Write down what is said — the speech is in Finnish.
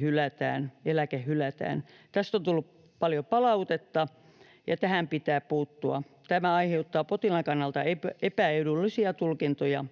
hylätään, eläke hylätään. Tästä on tullut paljon palautetta, ja tähän pitää puuttua. Tämä aiheuttaa potilaan kannalta epäedullisia tulkintoja,